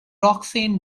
roxanne